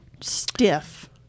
stiff